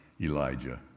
Elijah